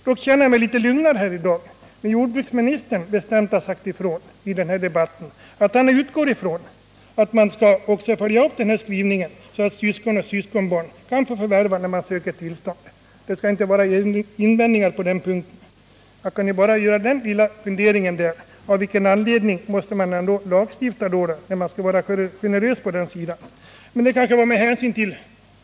Dock känner jag mig litet lugnare i dag, eftersom jordbruksministern i denna debatt bestämt har sagt ifrån att han utgår ifrån att man tänker följa upp den här skrivningen, så att syskon och syskonbarn kan förvärva om de söker tillstånd. Det skall alltså inte bli några invändningar härvidlag. Jag vill emellertid ställa en liten fråga: Av vilken anledning måste man lagstifta, då man vill vara generös?